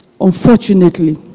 unfortunately